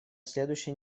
следующей